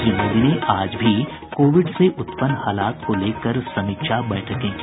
श्री मोदी ने आज भी कोविड से उत्पन्न हालात को लेकर समीक्षा बैठकें की